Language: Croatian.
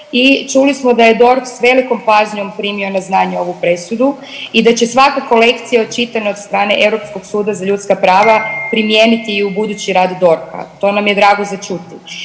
čuli smo da je DORH s velikom pažnjom primio na znanje ovu presudu i da će svakako lekcija očitana od strane Europskog suda za ljudska prava primijeniti i u budući rad DORH-a, to nam je drago za čuti,